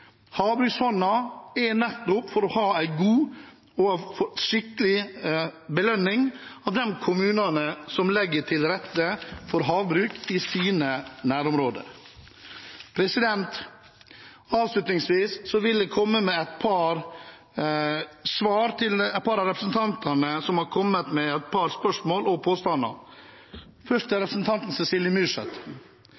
havbruk. Havbruksfondene er der nettopp for å ha en god og skikkelig belønning av de kommunene som legger til rette for havbruk i sine nærområder. Avslutningsvis vil jeg komme med et par svar til representanter som har kommet med spørsmål og påstander. Først til